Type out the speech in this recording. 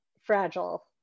fragile